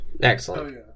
Excellent